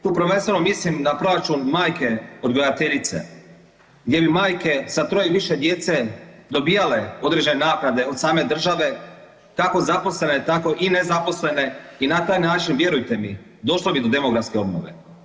Tu prvenstveno mislim na proračun majke odgajateljice, gdje bi majke sa 3 i više djece dobijale određene naknade od same države, kako zaposlene, tako i nezaposlene i na taj način, vjerujte mi, došlo bi do demografske obnove.